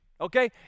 Okay